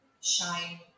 shine